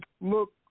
look